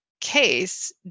case